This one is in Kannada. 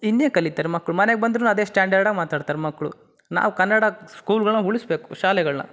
ಇನ್ನೇನು ಕಲಿತಾರೆ ಮಕ್ಕಳು ಮನೆಗೆ ಬಂದ್ರು ಅದೇ ಸ್ಟಾಂಡರ್ಡ್ ಆಗಿ ಮಾತಾಡ್ತಾರೆ ಮಕ್ಕಳು ನಾವು ಕನ್ನಡ ಸ್ಕೂಲ್ಗಳ್ನ ಉಳಿಸ್ಬೇಕು ಶಾಲೆಗಳನ್ನ